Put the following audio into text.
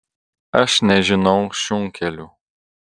aš nežinau šunkelių